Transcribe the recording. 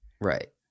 Right